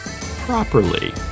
properly